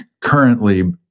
currently